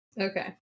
Okay